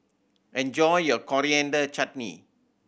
enjoy your Coriander Chutney